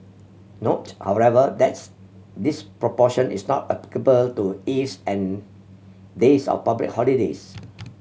note however that's this proportion is not applicable to eves and days of public holidays